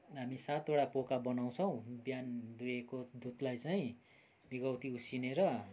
हामी सातवटा पोका बनाउँछौँ बिहान दुहेको दुधलाई चाहिँ बिगौती उसिनेर